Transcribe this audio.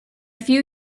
few